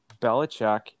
Belichick